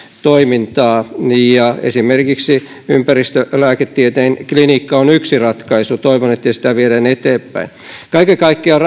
toimintaa esimerkiksi ympäristölääketieteen klinikka on yksi ratkaisu toivon että sitä viedään eteenpäin kaiken kaikkiaan